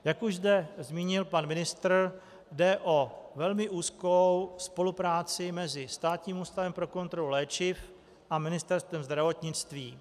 Jak už zde zmínil pan ministr, jde o velmi úzkou spolupráci mezi Státním ústavem pro kontrolu léčiv a Ministerstvem zdravotnictví.